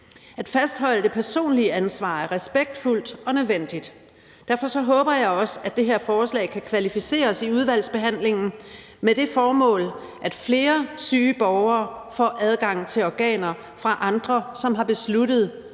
At fastholde det personlige ansvar er respektfuldt og nødvendigt, og derfor håber jeg også, det her forslag kan kvalificeres i udvalgsbehandlingen – med det formål, at flere syge borgere får adgang til organer fra andre, som selv har besluttet